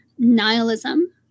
nihilism